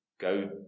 go